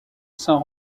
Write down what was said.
saint